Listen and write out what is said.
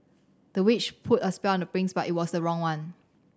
the witch put a spell on the prince but it was the wrong one